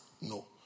No